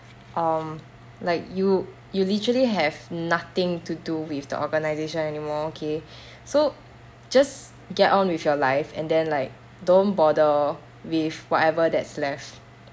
um like you you literally have nothing to do with the organisation anymore okay so just get on with your life and then like don't bother with whatever that's left